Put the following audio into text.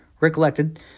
recollected